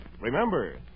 Remember